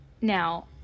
Now